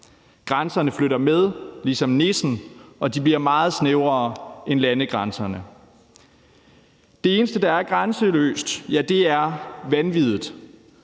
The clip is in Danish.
Grænserne flytter med ligesom nissen, og de bliver meget snævrere end landegrænserne. Det eneste, der er grænseløst, er vanviddet.